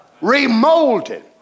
remolded